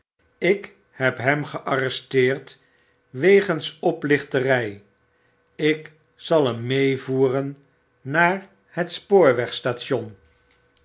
ik heb hem gearresteerd wegens oplichtery ik zal hem meevoeren naar het